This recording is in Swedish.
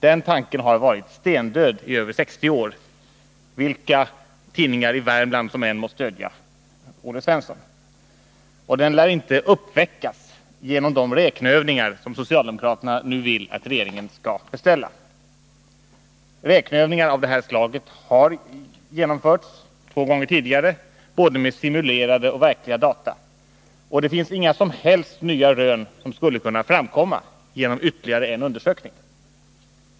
Den tanken har varit stendöd i över 60 år, vilka tidningar i Värmland som än må stödja Olle Svensson, och den lär inte uppväckas genom de räkneövningar som socialdemokraterna nu vill att regeringen skall beställa. Räkneövningar av det här slaget har genomförts två gånger tidigare, både med simulerade och med verkliga data. Inga som helst nya rön skulle kunna framkomma genom ytterligare en undersökning.